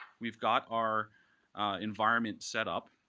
we've got our environment setup.